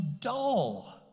dull